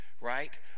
right